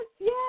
yes